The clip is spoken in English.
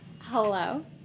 Hello